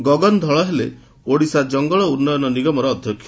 ଗଗନ ଧଳ ହେଲେ ଓଡ଼ିଶା ଜଙ୍ଗଲ ଉନ୍ୟନ ନିଗମର ଅଧ୍ଘକ୍ଷ